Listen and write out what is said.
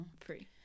free